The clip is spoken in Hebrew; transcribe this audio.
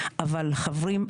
אבל חברים,